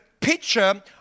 picture